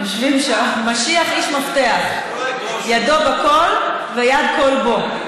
משיח איש מפתח, ידו בכול ויד כול בו.